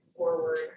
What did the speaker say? forward